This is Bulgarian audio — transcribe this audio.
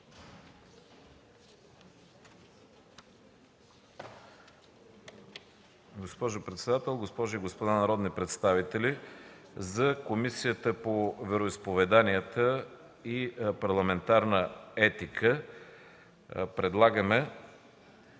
госпожи и господа народни представители, за Комисията по вероизповеданията и парламентарна етика предлагаме